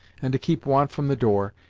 and to keep want from the door,